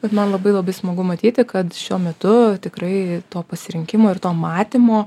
bet man labai labai smagu matyti kad šiuo metu tikrai to pasirinkimo ir to matymo